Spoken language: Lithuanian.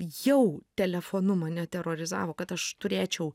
jau telefonu mane terorizavo kad aš turėčiau